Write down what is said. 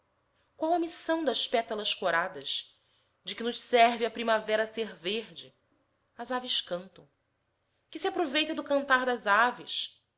qual a missão das pétalas coradas de que nos serve a primavera ser verde as aves cantam que se aproveita do cantar das aves